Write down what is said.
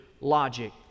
logic